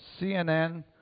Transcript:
CNN